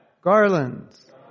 garlands